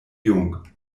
jung